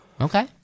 Okay